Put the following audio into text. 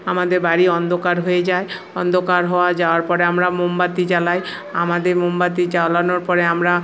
আমাদের বাড়ি অন্ধকার হয়ে যায় অন্ধকার হয়ে যাওয়ার পরে আমরা মোমবাতি জ্বালাই আমাদের মোমবাতি জ্বালানোর পরে আমরা